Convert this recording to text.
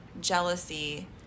jealousy